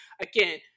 again